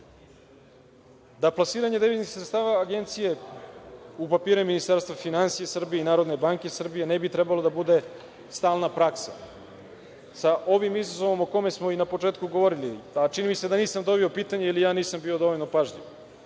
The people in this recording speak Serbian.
da plasiranje deviznih sredstava Agencije u papire Ministarstva finansija Srbije i Narodne banke Srbije ne bi trebalo da bude stalna praksa. Sa ovim izazovom o kome smo i na početku govorili, čini mi se da nisam dobio odgovor na pitanje ili ja nisam bio dovoljno pažljiv,